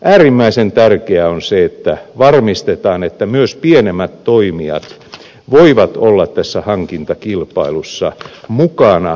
äärimmäisen tärkeää on se että varmistetaan että myös pienemmät toimijat voivat olla tässä hankintakilpailussa mukana